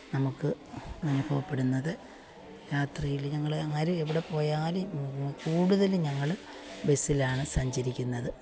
നമുക്ക് അനുഭവപ്പെടുന്നത് യാത്രയില് ഞങ്ങള് ആര് എവിടെപ്പോയാലും പോകും കൂടുതലും ഞങ്ങള് ബസ്സിലാണ് സഞ്ചരിക്കുന്നത്